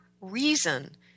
reason